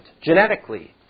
genetically